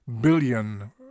billion